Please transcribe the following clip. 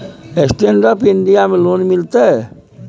Stand Up India में loan मिलते?